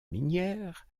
minière